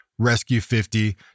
RESCUE50